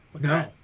No